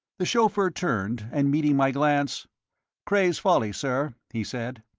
the chauffeur turned and, meeting my glance cray's folly, sir, he said.